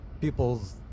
people's